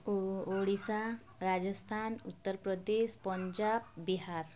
Odisha Rajasthan Uttar Pradesh Punjab Bihar